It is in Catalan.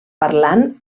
parlant